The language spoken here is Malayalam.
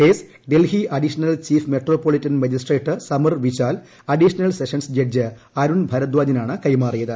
കേസ് ഡൽഹി അഡീഷണൽ ഷ്ട്രീഫ് metropolitan magistrate Samar Vishal additional sessions judge Arun ഭരത്ദാജിനാണ് കൈമാ്റിയത്